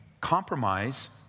compromise